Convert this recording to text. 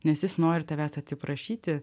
nes jis nori tavęs atsiprašyti